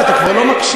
אריה, אתה כבר לא מקשיב.